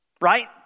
Right